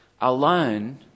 Alone